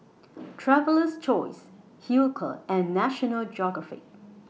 Traveler's Choice Hilker and National Geographic